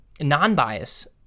non-bias